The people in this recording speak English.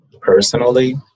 personally